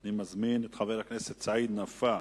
אני מזמין את חבר הכנסת סעיד נפאע.